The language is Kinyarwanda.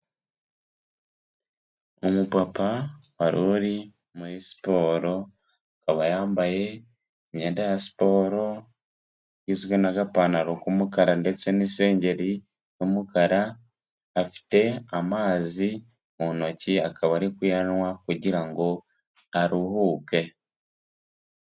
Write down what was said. Umupapa wari uri muri siporo akaba yambaye imyenda ya siporo, igizwe n'agapantaro k'umukara ndetse n'isengeri y'umukara, afite amazi mu ntoki akaba ari kuyanywa kugira ngo aruhuke.